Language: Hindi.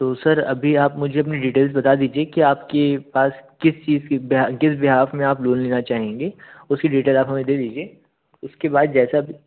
तो सर अभी आप मुझे अपनी डिटेल्स बता दीजिए कि आप के पास किस चीज़ के बेहा किस बेहाफ़ में आप लोन लेना चाहेंगे उसकी डिटेल्स आप हमें दे दीजिए उसके बाद जैसा भी